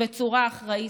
בצורה אחראית,